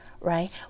right